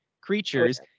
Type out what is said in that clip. creatures